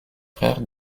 frères